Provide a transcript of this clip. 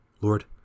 Lord